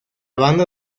banda